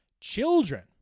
children